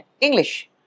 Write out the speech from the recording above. English